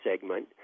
segment